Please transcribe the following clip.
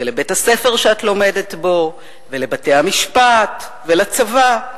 ולבית-הספר שאת לומדת בו, ולבתי-המשפט, ולצבא,